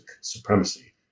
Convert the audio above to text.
supremacy